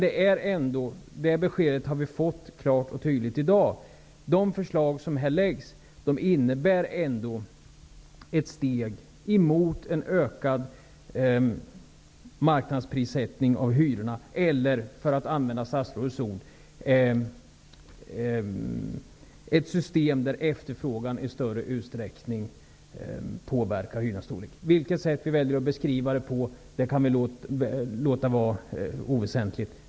Vi har ändock fått beskedet klart och tydligt i dag att de förslag som läggs fram innebär ett steg emot en ökad marknadsprissättning av hyrorna eller, för att använda statsrådets ord, ett system där efterfrågan i större utsträckning påverkar hyrornas storlek. Vilket sätt vi väljer att beskriva det på är oväsentligt.